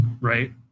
right